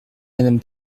madame